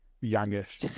Youngish